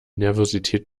nervosität